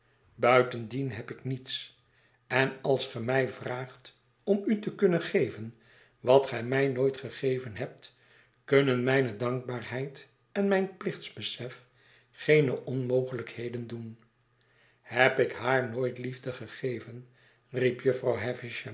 buitendien heb ik niets en als ge mij vraagt om u te geven wat gij mij nooit gegeven hebt kunnen mijne dankbaarheid en mijn plichtbesef geene onmogelijkheden doen heb ik haar nooit liefde gegeven riep